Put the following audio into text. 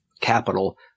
capital